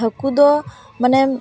ᱦᱟᱹᱠᱩ ᱫᱚ ᱢᱟᱱᱮ